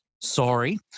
Sorry